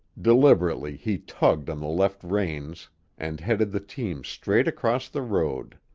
deliberately he tugged on the left reins and headed the team straight across the road.